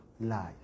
life